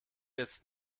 jetzt